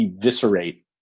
eviscerate